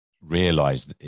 realize